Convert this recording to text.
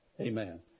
Amen